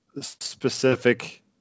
specific